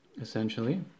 essentially